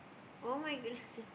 [oh]-my-goodness